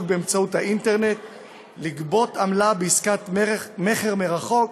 באמצעות האינטרנט לגבות עמלה בעסקת מכר מרחוק